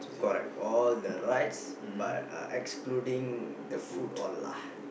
correct all the rides but uh excluding the food all lah